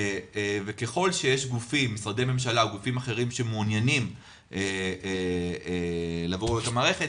ככל שיש משרדי ממשלה או גופים אחרים שמעוניינים לעבור למערכת,